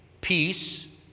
peace